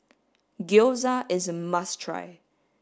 Gyoza is a must try